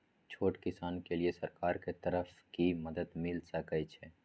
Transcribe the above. छोट किसान के लिए सरकार के तरफ कि मदद मिल सके छै?